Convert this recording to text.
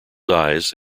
dies